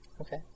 Okay